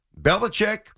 Belichick